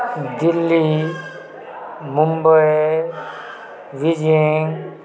Delhi Mumbai Beijing